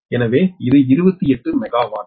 எனவே இது 28 மெகாவாட்